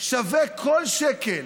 שווה כל שקל.